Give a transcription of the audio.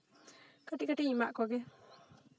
ᱠᱟᱹᱴᱤᱡ ᱠᱟᱹᱴᱤᱡ ᱤᱧ ᱮᱢᱟᱜ ᱠᱚᱜᱮ